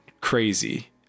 crazy